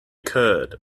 curd